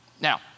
Now